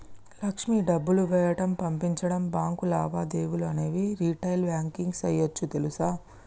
లక్ష్మి డబ్బులు వేయడం, పంపించడం, బాంకు లావాదేవీలు అనేవి రిటైల్ బాంకింగ్ సేయోచ్చు తెలుసా